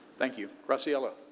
thank you. graciela?